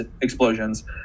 explosions